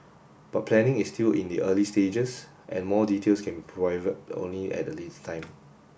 but planning is still in the early stages and more details can provided only at a later time